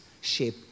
shape